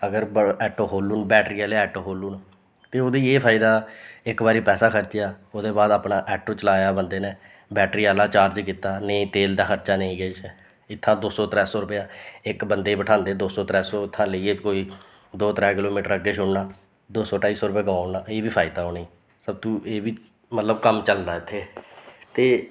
अगर ब आटो खोह्ली ओड़न बैटरी आह्ले आटो खोह्ली ओड़न ते ओह्दी एह् फायदा इक बारी पैसा खरचेआ ओह्दे बाद अपना ऐटो चलाया बंदे न बैटरी आह्ला चार्ज कीता नेईंं तेल दा खर्चा ते नेईं किश इत्थां दो सौ त्रै सौ इक बंदे गी बठांदे दो सौ त्रै सौ लेइयै कोई दो त्रै किलो मीटर अग्गें छोड़ना दो सौ ढाई सौ रपेआ कमाऊ ओड़ना एह् बी फायदा उनेंगी सब तों एह् बी मतलब कम्म चलदा इत्थें ते